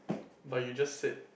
but you just said